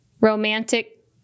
romantic